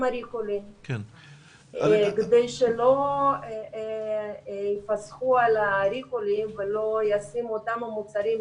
הריקולים כדי שלא יפסחו על הריקולים ולא ישימו אותם המוצרים,